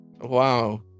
Wow